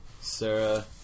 Sarah